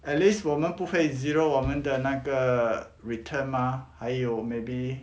at least 我们不会 zero 我们的那个 return 嘛还有 maybe